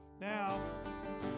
now